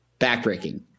backbreaking